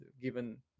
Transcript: given